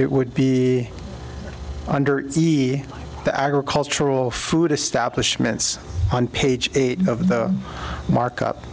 it would be under the agricultural food establishment on page eight of the markup